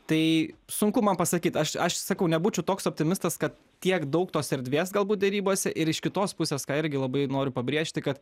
tai sunku man pasakyt aš aš sakau nebūčiau toks optimistas kad tiek daug tos erdvės galbūt derybose ir iš kitos pusės ką irgi labai noriu pabrėžti kad